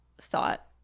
thought